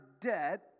debt